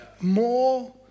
more